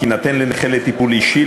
תינתן לנכה לטיפול אישי,